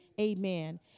amen